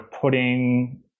putting